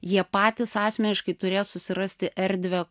jie patys asmeniškai turės susirasti erdvę